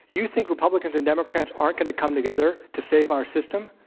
you think republicans and democrats aren't going to come together to save our system?